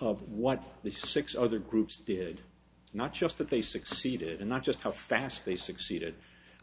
of what the six other groups did not just that they succeeded in not just how fast they succeeded